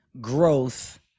growth